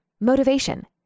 motivation